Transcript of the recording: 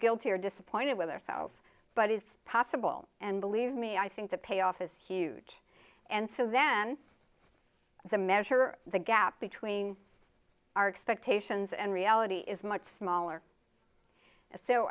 guilty or disappointed with ourselves but it's possible and believe me i think the payoff is huge and so then the measure of the gap between our expectations and reality is much smaller so